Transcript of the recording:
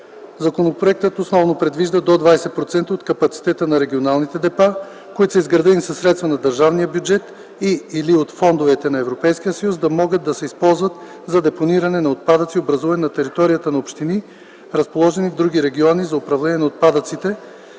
Законопроектът основно предвижда до 20% от капацитета на регионалните депа, които са изградени със средства от държавния бюджет и/или от фондовете на Европейския съюз, да може да се използва за депониране на отпадъци, образувани на територията на общини, разположени в други региони за управление на отпадъците,